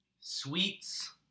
sweets